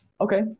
Okay